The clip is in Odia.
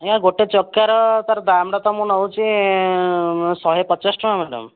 ଏ ଗୋଟେ ଚକାର ତାର ଦାମଟା ତ ମୁଁ ନେଉଛି ଶହେ ପଚାଶ ଟଙ୍କା ମ୍ୟାଡ଼ାମ୍